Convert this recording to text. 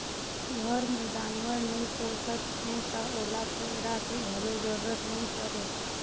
घर मे जानवर नइ पोसत हैं त ओला पैरा के घलो जरूरत नइ परे